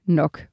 nok